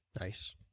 nice